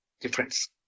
difference